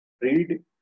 read